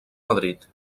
madrid